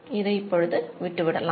இதை இப்பொழுது நாம் விட்டுவிடலாம்